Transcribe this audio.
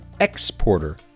exporter